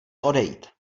odejít